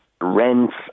rents